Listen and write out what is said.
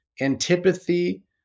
antipathy